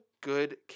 good